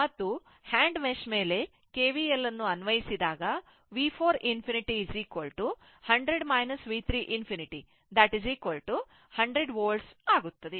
ಮತ್ತು hand mesh ಮೇಲೆ KVL ಅನ್ನು ಅನ್ವಯಿಸಿದಾಗ V 4 ∞ 100 V 3 ∞ 100 volt ಆಗುತ್ತದೆ